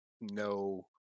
no